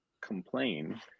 complain